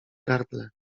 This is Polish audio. gardle